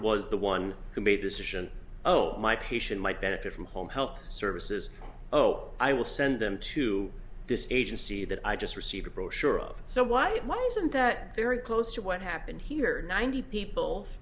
was the one who made the decision oh my patient might benefit from home health services oh i will send them to this agency that i just received a brochure of so why wasn't that very close to what happened here ninety people